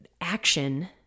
action